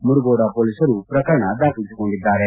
ಮುರಗೋಡ ಪೊಲೀಸರು ಪ್ರಕರಣ ದಾಖಲಿಸಿಕೊಂಡಿದ್ದಾರೆ